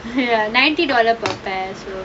ninety dollar per fair